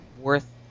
worth